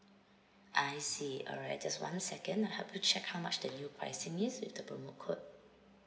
I see alright just one second I'll help you check how much the new pricing is with the promo code